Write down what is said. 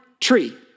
tree